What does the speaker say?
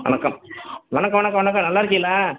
வணக்கம் வணக்கம் வணக்கம் வணக்கம் நல்லா இருக்கீங்களா